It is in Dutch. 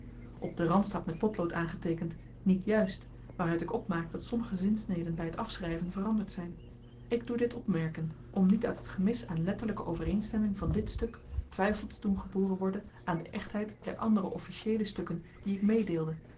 op den rand staat met potlood aangeteekend niet juist waaruit ik opmaak dat sommige zinsneden by t afschryven veranderd zyn ik doe dit opmerken om niet uit het gemis aan letterlyke overeenstemming van dit stuk twyfel te doen geboren worden aan de echtheid der andere officieele stukken die ik